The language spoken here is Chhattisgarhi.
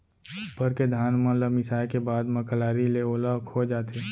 उप्पर के धान मन ल मिसाय के बाद म कलारी ले ओला खोय जाथे